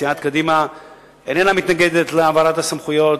סיעת קדימה איננה מתנגדת להעברת הסמכויות,